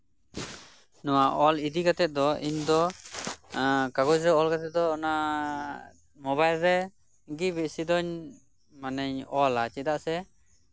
ᱱᱚᱣᱟ ᱚᱞ ᱤᱫᱤ ᱠᱟᱛᱮ ᱫᱚ ᱤᱧ ᱫᱚ ᱚᱱᱟ ᱠᱟᱜᱚᱡᱽ ᱨᱮ ᱚᱞ ᱠᱟᱛᱮ ᱫᱚ ᱚᱱᱟ ᱢᱳᱵᱟᱭᱤᱞ ᱨᱮᱜᱮ ᱵᱤᱥᱤ ᱫᱩᱧ ᱢᱟᱱᱮᱧ ᱚᱞᱟ ᱪᱮᱫᱟᱜ ᱥᱮ